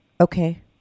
Okay